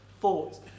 thoughts